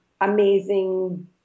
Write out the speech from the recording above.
amazing